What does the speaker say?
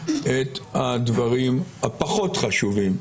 את הדברים הפחות חשובים,